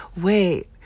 Wait